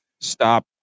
stop